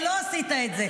אבל לא עשית את זה.